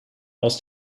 aus